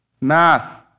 math